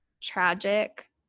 tragic